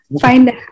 Find